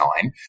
time